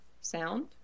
sound